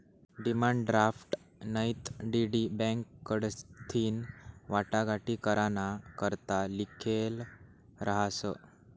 demand draft नैते DD bank कडथीन वाटाघाटी कराना करता लिखेल रहास